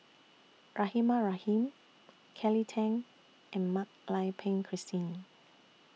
Rahimah Rahim Kelly Tang and Mak Lai Peng Christine